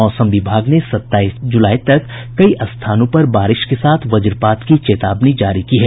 मौसम विभाग ने सत्ताईस जूलाई तक कई स्थानों पर बारिश के साथ वजपात की चेतावनी जारी की है